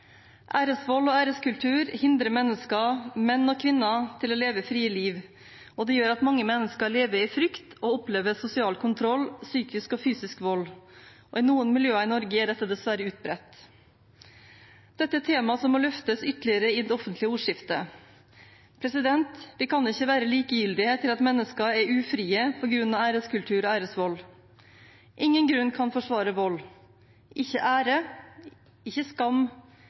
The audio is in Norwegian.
Æresvold og æreskultur hindrer mennesker, menn og kvinner, i å leve frie liv, og det gjør at mange mennesker lever i frykt og opplever sosial kontroll og psykisk og fysisk vold. I noen miljøer i Norge er dette dessverre utbredt. Dette er tema som må løftes ytterligere i det offentlige ordskiftet. Vi kan ikke være likegyldige til at mennesker er ufrie på grunn av æreskultur og æresvold. Ingen grunn kan forsvare vold – ikke ære, ikke skam,